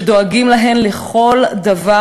ודואגים להן לכל דבר,